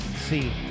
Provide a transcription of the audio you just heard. See